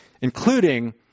Including